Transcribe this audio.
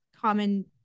common